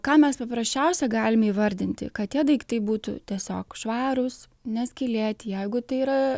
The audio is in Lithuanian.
ką mes paprasčiausia galim įvardinti kad tie daiktai būtų tiesiog švarūs neskylėti jeigu tai yra